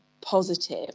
positive